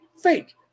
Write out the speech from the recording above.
fake